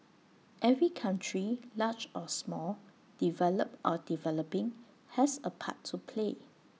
every country large or small developed or developing has A part to play